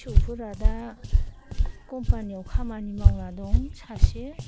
फिसौफोरा दा कम्पानियाव खामानि मावना दं सासे